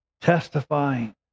Testifying